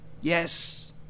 yes